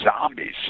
zombies